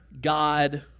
God